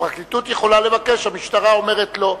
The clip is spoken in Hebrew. הפרקליטות יכולה לבקש, המשטרה אומרת לא.